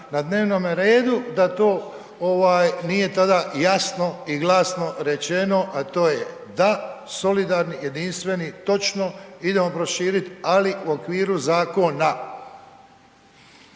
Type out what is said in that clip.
na dnevnome redu da to ovaj nije tada jasno i glasno rečeno, a to je da solidarni, jedinstveni, točno idemo proširit, ali u okviru zakona.